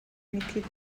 мэдэхэд